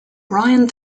brian